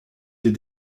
des